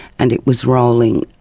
and it was rolling.